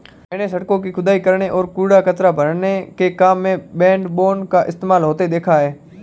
मैंने सड़कों की खुदाई करने और कूड़ा कचरा भरने के काम में बैकबोन का इस्तेमाल होते देखा है